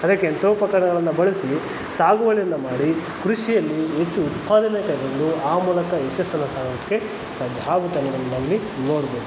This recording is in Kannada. ಅದಕ್ಕೆ ಯಂತ್ರೋಪಕರಣಗಳನ್ನು ಬಳಸಿ ಸಾಗುವಳಿಯನ್ನು ಮಾಡಿ ಕೃಷಿಯಲ್ಲಿ ಹೆಚ್ಚು ಉತ್ಪಾದನೆ ತಗೊಂಡು ಆ ಮೂಲಕ ಯಶಸ್ಸನ್ನು ಸಾಧಿಸೋಕೆ ಸಾಧ್ಯ ಆಗುತ್ತನ್ನೋದನ್ನ ನಾವಿಲ್ಲಿ ನೋಡ್ಬೌದು